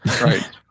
right